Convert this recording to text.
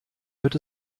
wird